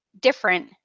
different